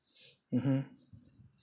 mmhmm